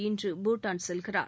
இன்று பூட்டான் செல்கிறார்